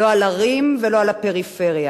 לא על ערים ולא על הפריפריה,